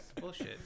Bullshit